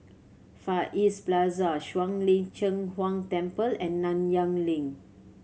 Far East Plaza Shuang Lin Cheng Huang Temple and Nanyang Link